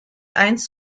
eins